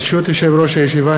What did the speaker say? ברשות יושב-ראש הישיבה,